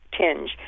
tinge